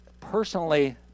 personally